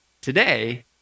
today